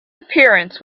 appearance